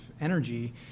energy